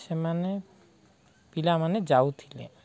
ସେମାନେ ପିଲାମାନେ ଯାଉଥିଲେ